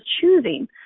choosing